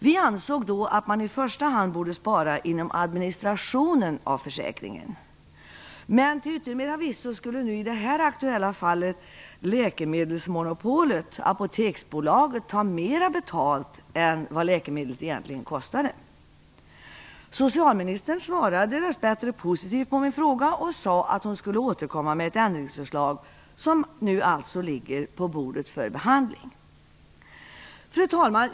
Vi ansåg att man i första hand borde spara inom administrationen av försäkringen. Till yttermera visso skulle i det nu aktuella fallet läkemedelsmonopolet, Apoteksbolaget, ta mera betalt än vad läkemedlet egentligen kostade. Socialministern svarade dess bättre positivt på min fråga och sade att hon skulle återkomma med ett ändringsförslag, som alltså nu ligger på våra bord för behandling. Fru talman!